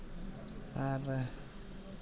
ᱟᱨ